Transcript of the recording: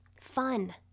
fun